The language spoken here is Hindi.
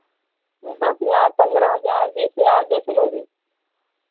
दस हज़ार पन्द्रह हज़ार बीस हज़ार जैसी लोगी